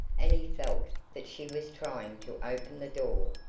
and he felt that she was trying to open the door,